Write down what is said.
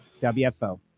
WFO